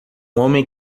homem